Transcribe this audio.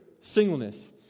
singleness